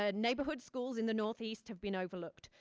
ah neighborhood schools in the northeast have been overlooked.